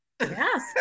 Yes